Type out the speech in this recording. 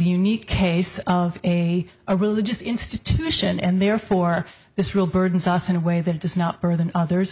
unique case of a a religious institution and therefore this rule burdens us in a way that does not better than others